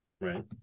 right